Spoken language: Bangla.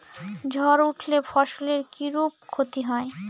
ঝড় উঠলে ফসলের কিরূপ ক্ষতি হয়?